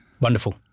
Wonderful